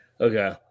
Okay